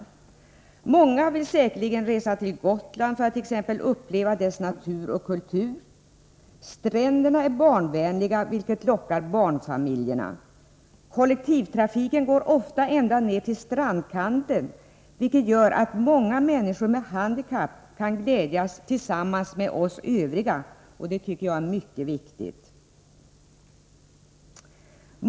Säkerligen vill många resa till Gotland för att t.ex. uppleva dess natur och kultur. Stränderna är barnvänliga, vilket lockar barnfamiljerna. Kollektivtrafiken går ofta ända ned till strandkanten, vilket gör att många människor med handikapp kan glädjas tillsammans med oss andra. Det anser jag är mycket viktigt.